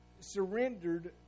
surrendered